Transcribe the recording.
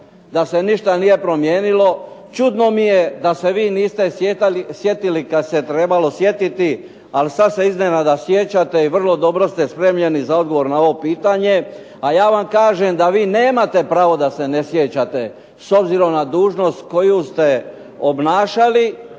da se ništa nije promijenilo. Čudno mi je da se vi niste sjetili kad se trebalo sjetiti, ali sad se iznenada sjećate i vrlo dobro ste spremljeni za odgovor na ovo pitanje. A ja vam kažem da vi nemate pravo da se ne sjećate, s obzirom na dužnost koju ste obnašali.